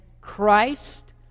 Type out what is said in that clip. Christ